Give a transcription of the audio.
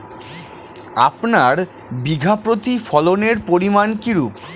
আপনার বিঘা প্রতি ফলনের পরিমান কীরূপ?